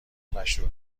مشروب